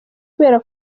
kubera